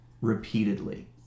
repeatedly